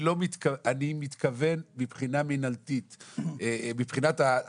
אני מתכוון מבחינת התקן